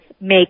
make